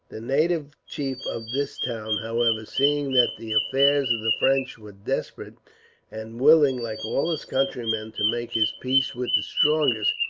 the native chief of this town, however, seeing that the affairs of the french were desperate and willing, like all his countrymen, to make his peace with the strongest,